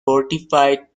fortified